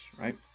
right